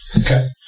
Okay